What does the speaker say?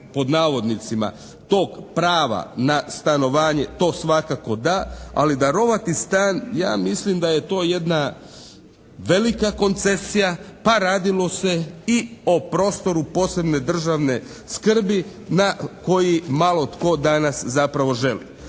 pod navodnicima tog "prava" na stanovanje to svakako da, ali darovati stan ja mislim da je to jedna velika koncesija pa radilo se i o prostoru posebne državne skrbi na koji malo tko danas zapravo želi.